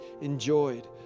enjoyed